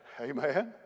Amen